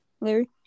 Larry